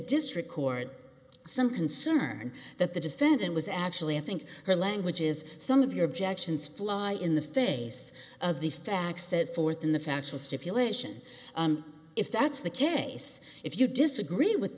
district court some concern that the defendant was actually i think her language is some of your objections fly in the face of the facts set forth in the factual stipulation if that's the case if you disagree with